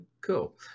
cool